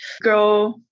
grow